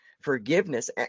forgiveness